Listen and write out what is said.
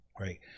right